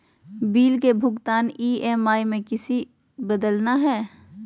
Bill के भुगतान EMI में किसी बदलना है?